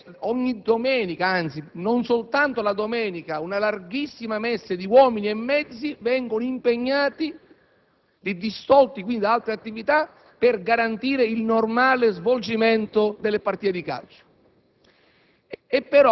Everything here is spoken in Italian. ogni domenica, anzi non soltanto la domenica, una larghissima messe di uomini e mezzi viene impegnata e distolta da altre attività per garantire il normale svolgimento delle partite di calcio.